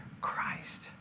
Christ